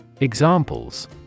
Examples